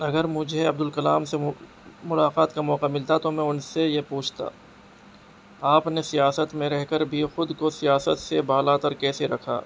اگر مجھے عبد الکلام سے ملاقات کا موقع ملتا تو میں ان سے یہ پوچھتا آپ نے سیاست میں رہ کر بھی خود کو سیاست سے بالا تر کیسے رکھا